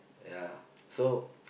ya so